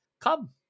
Come